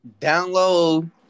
Download